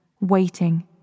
waiting